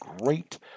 great